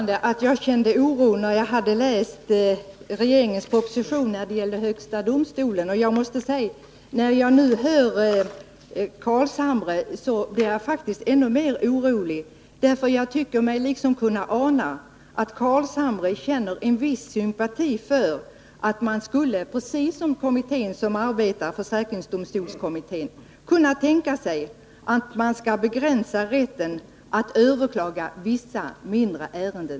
Herr talman! Jag kände oro när jag läste regeringens proposition beträffande ändrade arbetsformer i Högsta domstolen. Och när jag nu lyssnar på herr Carlshamre blir jag ännu mer orolig, för jag tycker mig kunna ana att herr Carlshamre känner viss sympati för tanken att man — precis som försäkringsdomstolskommittén tydligen gör — skulle kunna begränsa rätten att överklaga besluten i vissa mindra ärenden.